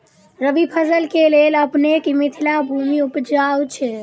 रबी फसल केँ लेल अपनेक मिथिला भूमि उपजाउ छै